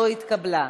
לא התקבלה,